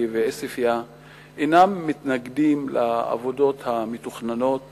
ועוספיא אינם מתנגדים לעבודות המתוכננות